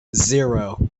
zero